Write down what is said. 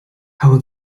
how